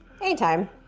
Anytime